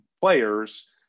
players